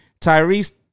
Tyrese